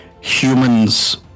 Humans